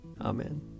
Amen